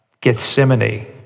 Gethsemane